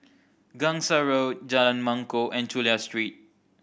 Gangsa Road Jalan Mangkok and Chulia Street